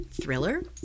thriller